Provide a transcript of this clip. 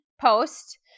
post